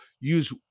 use